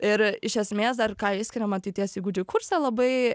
ir iš esmės dar ką išskiriam ateities įgūdžių kurse labai